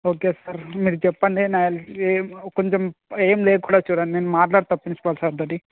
okay sir మీరు చెప్పండి నేను ఏ కొంచెం ఏం లేకుండా చూడండి నేను మాట్లాడతాను ప్రిన్సిపల్ సార్తోటి